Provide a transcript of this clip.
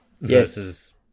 versus